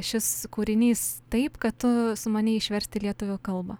šis kūrinys taip kad tu sumanei išverst į lietuvių kalbą